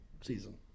season